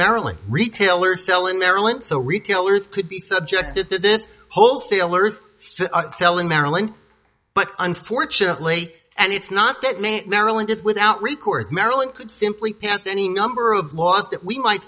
maryland retailers sell in maryland so retailers could be subjected to this wholesalers selling maryland but unfortunately and it's not that main maryland is without recourse maryland could simply pass any number of laws that we might